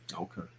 Okay